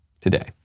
today